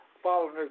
following